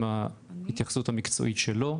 עם ההתייחסות המקצועית שלו,